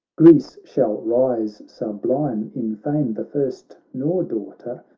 greece shall rise sublime, in fame the first, nor, daughter,